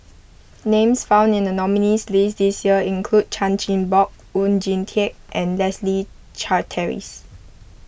names found in the nominees' list this year include Chan Chin Bock Oon Jin Teik and Leslie Charteris